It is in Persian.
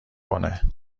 کنه